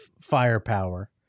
firepower